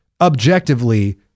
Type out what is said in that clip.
objectively